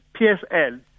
PSL